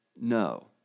no